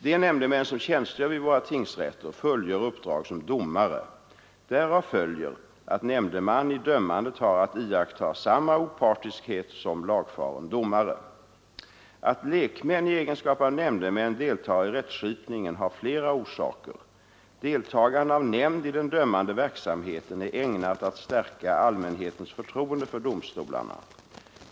De nämndemän som tjänstgör vid våra tingsrätter fullgör uppdrag som domare. Därav följer att nämndeman i dömandet har att iaktta samma opartiskhet som lagfaren domare. Att lekmän i egenskap av nämndemän deltar i rättskipningen har flera orsaker. Deltagande av nämnd i den dömande verksamheten är ägnat att stärka allmänhetens förtroende för domstolarna.